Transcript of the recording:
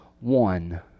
one